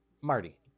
Marty